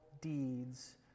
deeds